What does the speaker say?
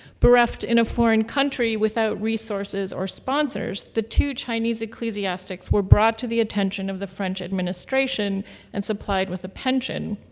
bereft in a foreign country without resources or sponsors, the two chinese ecclesiastics were brought to the attention of the french administration and supplied with a pension.